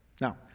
Now